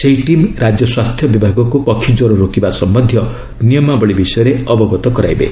ସେହି ଟିମ୍ ରାଜ୍ୟ ସ୍ୱାସ୍ଥ୍ୟ ବିଭାଗକୁ ପକ୍ଷୀ କ୍ୱର ରୋକିବା ସମ୍ପନ୍ଧୀୟ ନିୟମାବଳୀ ବିଷୟରେ ଅବଗତ କରାଇବେ